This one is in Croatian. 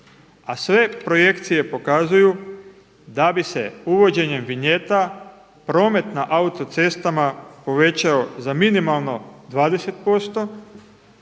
a sve projekcije pokazuju da bi se uvođenjem vinjeta promet na autocestama povećao za minimalno 20%,